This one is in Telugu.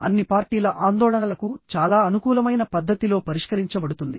అన్ని పార్టీల ఆందోళనలకు చాలా అనుకూలమైన పద్ధతిలో పరిష్కరించబడుతుంది